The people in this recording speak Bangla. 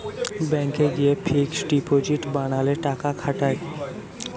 ব্যাংকে গিয়ে ফিক্সড ডিপজিট বানালে টাকা খাটায়